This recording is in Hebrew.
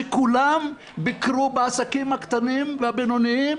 שכולם ביקרו בעסקים הקטנים והבינוניים,